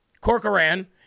Corcoran